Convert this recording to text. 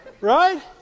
Right